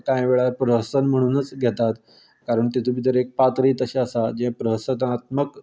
कांय वेळार रहसल म्हणुनूच घेता कारण तेतून भितर पात्रूय तशें आसा जें रहस्यतात्मक